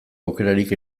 aukerarik